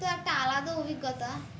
তো একটা আলাদা অভিজ্ঞতা